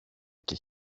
και